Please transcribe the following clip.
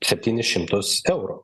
septynis šimtus eurų